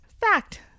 Fact